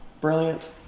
Brilliant